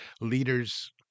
leaders